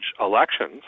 Elections